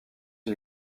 une